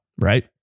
right